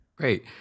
Great